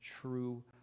true